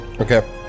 okay